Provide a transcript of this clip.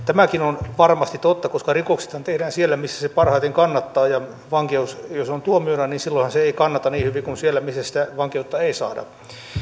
tämäkin on varmasti totta koska rikoksethan tehdään siellä missä se parhaiten kannattaa ja jos vankeus on tuomiona niin silloinhan se ei kannata niin hyvin kuin siellä missä sitä vankeutta ei saa